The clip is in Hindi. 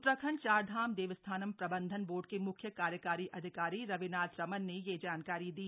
उत्तराखंड चारधाम देवस्थानम् प्रबंधन बोर्ड के मुख्य कार्यकारी अधिकारी रविनाथ रमन ने यह जानकारी दी